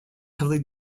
heavily